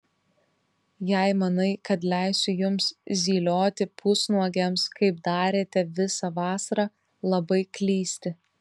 jei manai kad leisiu jums zylioti pusnuogiams kaip darėte visą vasarą labai klysti